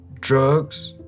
drugs